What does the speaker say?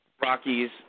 Rockies